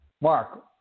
Mark